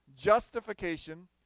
justification